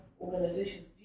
organizations